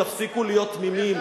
תפסיקו להיות תמימים.